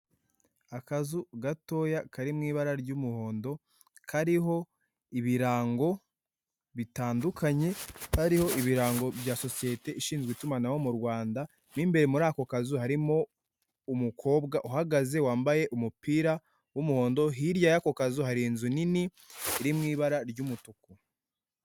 Akazu gatoya kari mu ibara ry'umuhondo, kariho ibirango bitandukanye, hariho ibirango bya sosiyete ishinzwe itumanaho mu Rwanda, mo imbere muri ako kazu harimo umukobwa uhagaze wambaye umupira w'umuhondo, hirya y'ako kazu hari inzu nini iri mu ibara ry'umutuku.